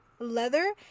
Leather